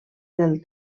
del